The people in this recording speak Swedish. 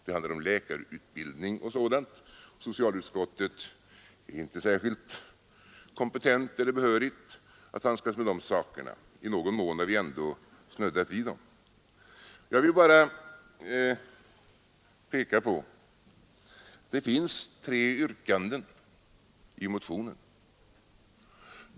Det handlar om läkarutbildning och sådant, och socialutskottet är inte särskilt kompetent eller behörigt att handskas med de sakerna. I någon mån har vi ändå snuddat vid dem. Jag vill bara peka på att det finns tre yrkanden i motionen.